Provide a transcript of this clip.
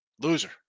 Loser